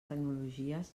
tecnologies